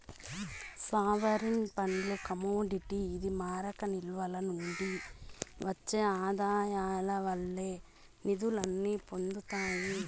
sovereign ఫండ్లు commodity ఇది మారక నిల్వల నుండి ఒచ్చే ఆదాయాల వల్లే నిదుల్ని పొందతాయి